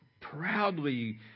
proudly